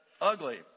ugly